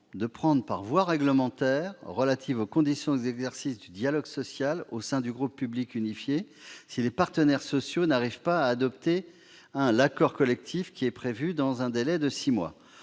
de prendre par voie réglementaire des mesures relatives aux conditions d'exercice du dialogue social au sein du groupe public unifié si les partenaires sociaux n'arrivent pas à adopter un accord collectif qui est prévu dans un délai de six mois.